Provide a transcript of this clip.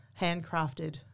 handcrafted